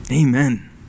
Amen